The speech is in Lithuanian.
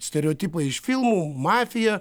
stereotipai iš filmų mafija